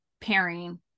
pairing